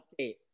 update